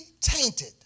tainted